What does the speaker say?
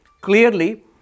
Clearly